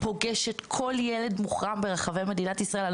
פוגשת כל ילד מוחרם ברחבי מדינת ישראל.